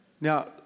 Now